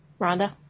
Rhonda